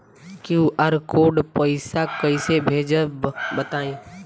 QR code से पईसा कईसे भेजब बताई?